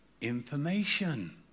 information